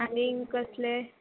आनी कसले